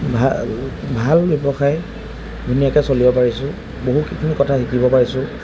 ভাল ভাল ব্যৱসায় ধুনীয়াকৈ চলিব পাৰিছোঁ বহুকেইখিনি কথা শিকিব পাৰিছোঁ